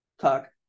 talk